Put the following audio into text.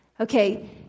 Okay